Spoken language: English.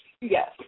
Yes